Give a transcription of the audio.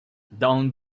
down